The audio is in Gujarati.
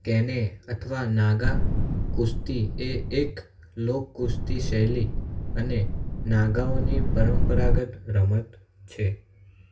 કેને અથવા નાગા કુસ્તી એ એક લોક કુસ્તી શૈલી અને નાગાઓની પરંપરાગત રમત છે